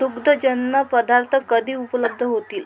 दुग्धजन्य पदार्थ कधी उपलब्ध होतील